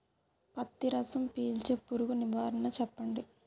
పత్తి రసం పీల్చే పురుగు నివారణ చెప్పండి?